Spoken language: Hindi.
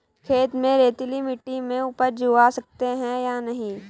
खेत में रेतीली मिटी में उपज उगा सकते हैं या नहीं?